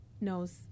knows